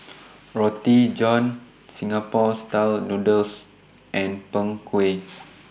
Roti John Singapore Style Noodles and Png Kueh